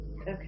Okay